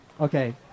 okay